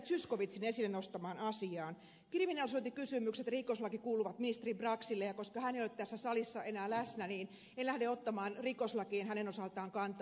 zyskowiczin esille nostamaan asiaan kriminalisointikysymykset ja rikoslaki kuuluvat ministeri braxille ja koska hän ei ole tässä salissa enää läsnä en lähde ottamaan rikoslakiin hänen osaltaan kantaa